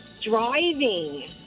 driving